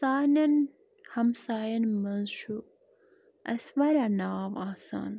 سانیٚن ہمسایَن منٛز چھُ اسہِ واریاہ ناو آسان